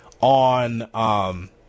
on